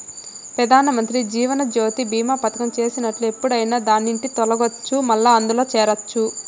పెదానమంత్రి జీవనజ్యోతి బీమా పదకం చేసినట్లు ఎప్పుడైనా దాన్నిండి తొలగచ్చు, మల్లా అందుల చేరచ్చు